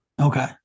okay